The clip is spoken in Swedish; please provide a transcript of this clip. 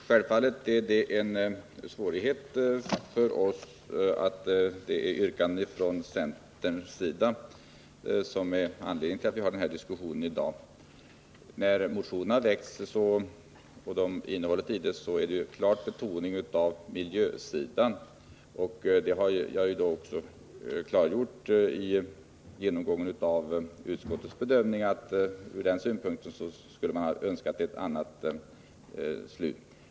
Herr talman! Självfallet är det en svårighet för oss att det är yrkanden från centerns sida som är anledningen till denna diskussion i dag. Innehållet i de motioner som väcktes innebär en klar betoning av miljösidan. Jag klargjorde också vid genomgången av utskottets bedömning att man från den synpunkten skulle ha önskat ett annat resultat.